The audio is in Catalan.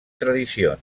tradicions